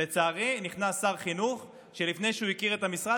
לצערי נכנס שר חינוך שלפני שהכיר את המשרד,